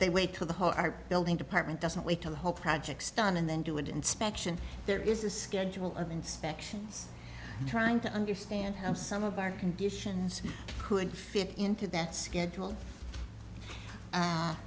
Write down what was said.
they wait to the hart building department doesn't wait till hope projects done and then do it inspection there is a schedule of inspections trying to understand how some of our conditions could fit into that schedule